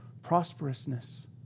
prosperousness